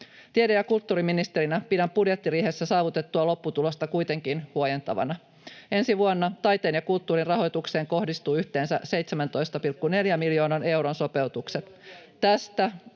Tiede- ja kulttuuriministerinä pidän budjettiriihessä saavutettua lopputulosta kuitenkin huojentavana. Ensi vuonna taiteen ja kulttuurin rahoitukseen kohdistuvat yhteensä 17,4 miljoonan euron sopeutukset.